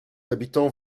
habitants